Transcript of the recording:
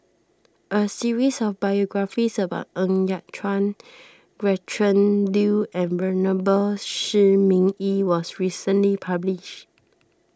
a series of biographies about Ng Yat Chuan Gretchen Liu and Venerable Shi Ming Yi was recently published